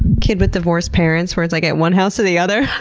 kid with divorced parents where it's like at one house or the other.